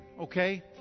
okay